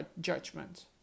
judgment